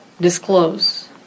disclose